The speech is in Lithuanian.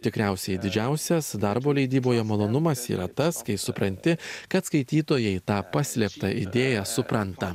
tikriausiai didžiausias darbo leidyboje malonumas yra tas kai supranti kad skaitytojai tą paslėptą idėją supranta